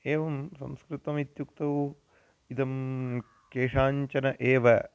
एवं संस्कृतमित्युक्तौ इदं केषाञ्चन एव